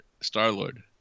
Star-Lord